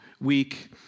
week